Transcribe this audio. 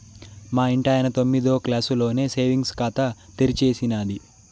మా ఇంటాయన తొమ్మిదో క్లాసులోనే సేవింగ్స్ ఖాతా తెరిచేసినాది